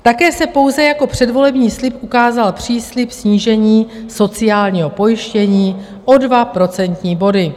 Také se pouze jako předvolební slib ukázal příslib snížení sociálního pojištění o 2 procentní body.